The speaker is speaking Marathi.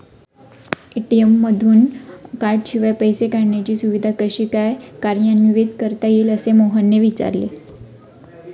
ए.टी.एम मधून कार्डशिवाय पैसे काढण्याची सुविधा कशी काय कार्यान्वित करता येईल, असे मोहनने विचारले